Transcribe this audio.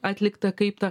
atlikta kaip ta